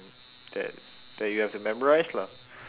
that that you have to memorise lah